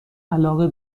علاقه